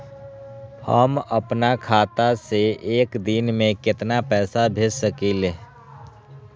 हम अपना खाता से एक दिन में केतना पैसा भेज सकेली?